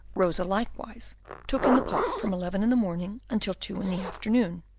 rosa likewise took in the pot from eleven in the morning until two in the afternoon.